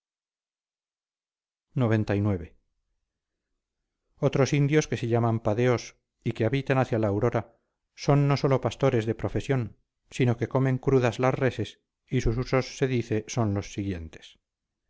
xcix otros indios que llaman padeos y que habitan hacia la aurora son no sólo pastores de profesión sino que comen crudas las reses y sus usos se dice son los siguientes